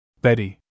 Betty